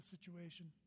situation